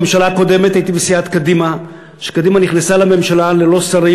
בממשלה הקודמת הייתי בסיעת קדימה כשקדימה נכנסה לממשלה ללא שרים,